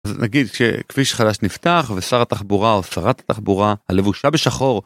נגיד שכביש חדש נפתח ושר התחבורה או שרת התחבורה הלבושה בשחור.